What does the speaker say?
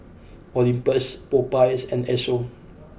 Olympus Popeyes and Esso